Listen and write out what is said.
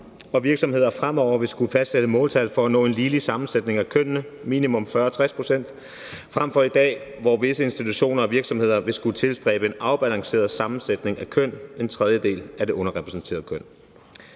og virksomheder fremover vil skulle fastsætte måltal for at nå en ligelig sammensætning af kønnene med en fordeling på minimum 40 og 60 pct. til forskel fra i dag, hvor visse institutioner og virksomheder skal tilstræbe en afbalanceret sammensætning af kønnene, hvor det underrepræsenterede køn